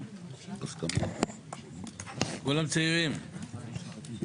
כל ערי הלוויין מסביב לירושלים,